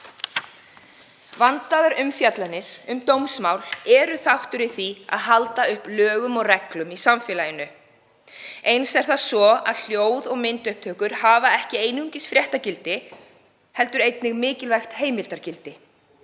Vandaðar umfjallanir um dómsmál eru þáttur í því að halda uppi lögum og reglum í samfélaginu. Eins er það svo að hljóð- og myndupptökur hafa ekki einungis fréttagildi heldur einnig mikilvægt heimildargildi.